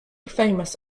famous